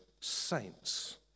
saints